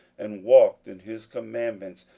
and walked in his commandments,